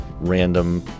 random